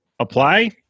apply